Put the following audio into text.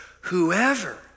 whoever